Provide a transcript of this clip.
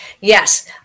Yes